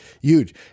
huge